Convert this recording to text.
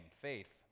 faith